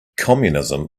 communism